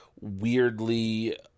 weirdly